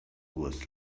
was